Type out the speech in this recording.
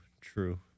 true